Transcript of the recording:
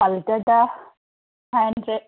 one ꯂꯤꯇꯔꯗ five hundred